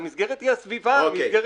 המשרד להגנת הסביבה הוא המסגרת,